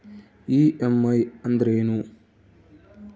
EMI ಅಂದ್ರೇನು?